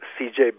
cj